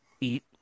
eat